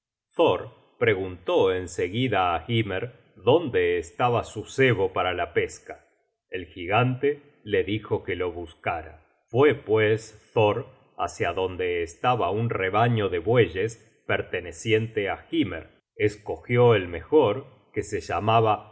se guida á hymer dónde estaba su cebo para la pesca el gigante le dijo que lo buscara fue pues thor hácia donde estaba un rebaño de bueyes perteneciente á hymer escogió el mejor que se llamaba